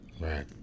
Right